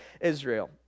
Israel